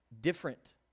different